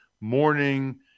morning